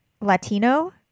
Latino